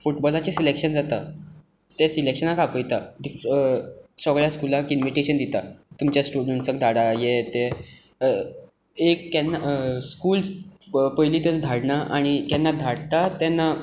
फुटबॉलाचें selection जाता ते सिलेक्शनाक आपयता सगळ्या स्कुलांक इन्विटेशन दिता तुमच्या स्टुंड्सांक धाडात हें तें एक स्कूल पयलींच्यान धाडना आनी केन्ना धाडटा तेन्ना